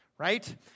right